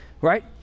right